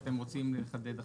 או שאתם רוצים לחדד עכשיו?